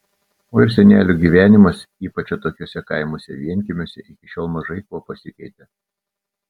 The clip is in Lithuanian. o ir senelių gyvenimas ypač atokiuose kaimuose vienkiemiuose iki šiol mažai kuo pasikeitė